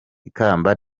ikamba